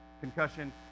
concussion